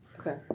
Okay